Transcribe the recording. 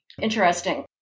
Interesting